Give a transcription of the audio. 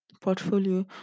Portfolio